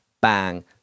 Bang